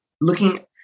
looking